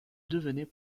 devenait